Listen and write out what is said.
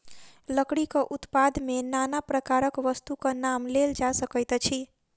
लकड़ीक उत्पाद मे नाना प्रकारक वस्तुक नाम लेल जा सकैत अछि